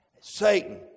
Satan